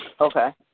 Okay